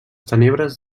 tenebres